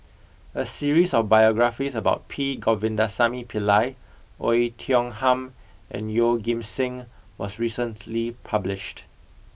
a series of biographies about P Govindasamy Pillai Oei Tiong Ham and Yeoh Ghim Seng was recently published